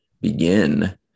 begin